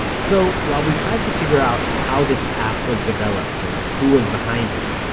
so, while we tried to figure out how this app was developed and who was behind it,